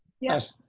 yes.